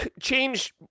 change